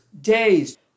days